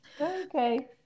Okay